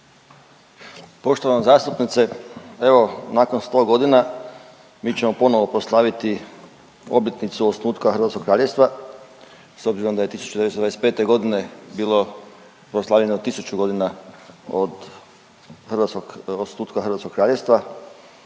Poštovana zastupnice, evo nakon 100 godina mi ćemo ponovo proslaviti obljetnicu osnutka hrvatskog kraljevstva s obzirom da je 1925. godine bilo proslavljeno 1000 godina od hrvatskog, osnutka hrvatskog kraljevstva.